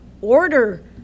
order